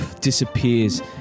disappears